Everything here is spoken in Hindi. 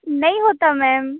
नहीं होता मैम